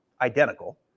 identical